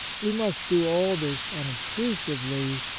we must do all this unobtrusively,